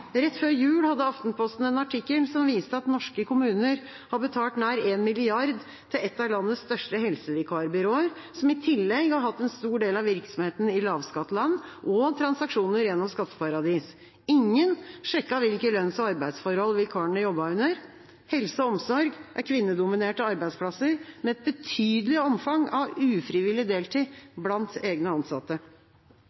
Rett før jul hadde Aftenposten en artikkel som viste at norske kommuner har betalt nær en milliard til et av landets største helsevikarbyråer, og som i tillegg har hatt en stor del av virksomheten i lavskattland og transaksjoner gjennom skatteparadis. Ingen sjekket hvilke lønns- og arbeidsforhold vikarene jobbet under. Helse- og omsorgssektoren er kvinnedominerte arbeidsplasser med et betydelig omfang av ufrivillig deltid